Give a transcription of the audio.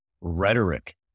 rhetoric